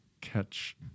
catch